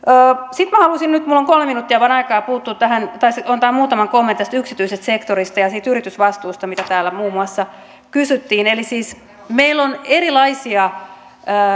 sitten minä haluaisin nyt minulla on vain kolme minuuttia aikaa antaa muutaman kommentin tästä yksityisestä sektorista ja siitä yritysvastuusta mistä täällä muun muassa kysyttiin eli siis meillä on erilaisia